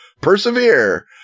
Persevere